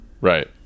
Right